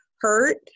hurt